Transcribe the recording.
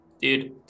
Dude